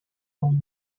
own